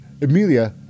Emilia